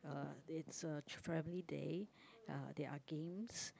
uh it's a family day uh there are games